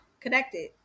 connected